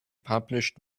published